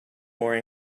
more